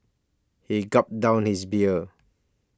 he gulped down his beer